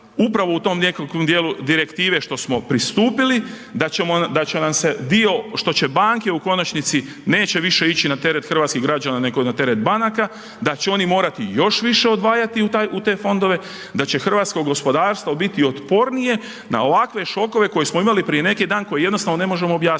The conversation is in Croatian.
upravo u tom nekakvom dijelu direktive, što smo pristupili, da će nam se dio, što će banke u konačnici, neće više ići na teret hrvatskih građana, nego na teret banaka, da će oni morati još više odvajati u te fondove, da će hrvatsko gospodarstvo biti otpornije na ovakve šokove koje smo imali prije neki dan koji jednostavno ne možemo objasniti.